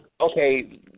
okay